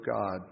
God